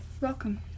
Welcome